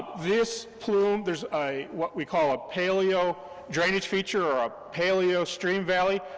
this plume, there's a, what we call a paleo drainage feature, or a paleo steam valley.